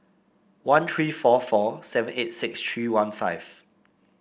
one three four four seven eight six three one five